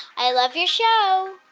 i love your show